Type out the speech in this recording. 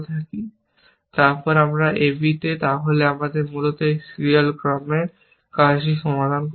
এবং তারপর a b তে তাহলে আমি মূলত একটি সিরিয়াল ক্রমে কাজটি সমাধান করতাম